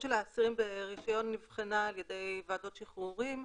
מסוכנות האסירים ברישיון נבחנה על ידי ועדות שחרורים,